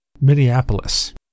Minneapolis